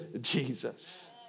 Jesus